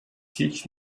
teach